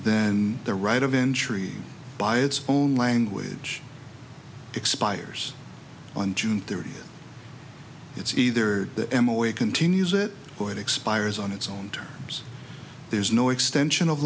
then the right of entry by its own language expires on june thirtieth it's either the em away continues it or it expires on its own terms there's no extension of